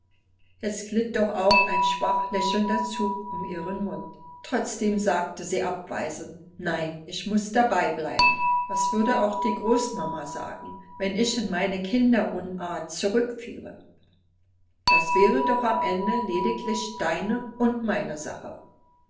jetzt glitt doch auch ein schwach lächelnder zug um ihren mund trotzdem sagte sie abweisend nein es muß dabei bleiben was würde auch die großmama sagen wenn ich in meine kinderunart zurückfiele das wäre doch am ende lediglich deine und meine sache